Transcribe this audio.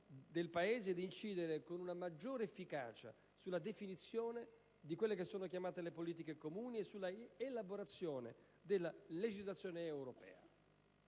al Paese di incidere con una maggiore efficacia sulla definizione delle politiche cosiddette comuni e sulla elaborazione della legislazione europea.